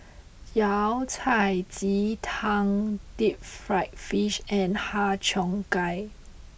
Yao Cai Ji Tang Deep Fried Fish and Har Cheong Gai